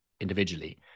individually